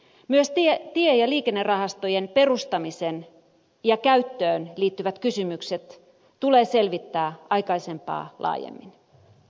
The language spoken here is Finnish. myös tie ja liikennerahastojen perustamiseen ja käyttöön liittyvät kysymykset tulee selvittää aikaisempaa laajemmin